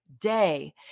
day